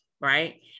right